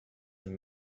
and